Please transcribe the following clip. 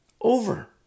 over